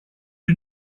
you